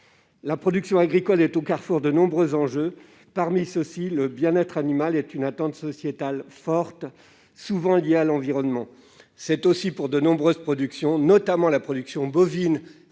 La production agricole est au carrefour de nombreux enjeux. Parmi ceux-ci, le bien-être animal est une attente sociétale forte, souvent liée à l'environnement. C'est aussi pour de nombreuses productions, notamment pour la production bovine